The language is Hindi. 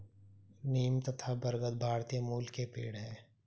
नीम तथा बरगद भारतीय मूल के पेड है